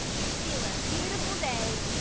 it's still a beautiful day.